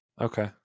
Okay